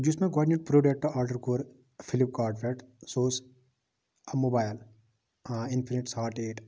یُس مےٚ گۄڈنیُک پرٛوڈَکٹ آرڈَر کوٚر فِلپکاٹ پیٚٹھ سُہ اوس موبایل اِنفِنیِٹ ساڈ ایٹ